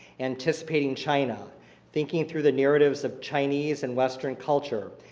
anticipating china thinking through the narratives of chinese and western culture,